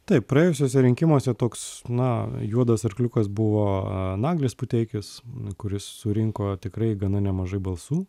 taip praėjusiuose rinkimuose toks na juodas arkliukas buvo naglis puteikis kuris surinko tikrai gana nemažai balsų